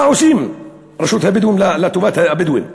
מה עושה רשות הבדואים לטובת הבדואים?